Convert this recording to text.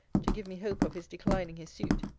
to give me hope of his declining his suit.